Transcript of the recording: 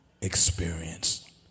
experience